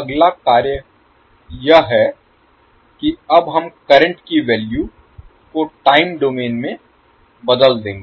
अगला कार्य यह है कि अब हम करंट की वैल्यू को टाइम डोमेन में बदल देंगे